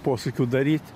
posūkių daryt